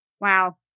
Wow